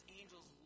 angels